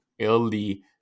early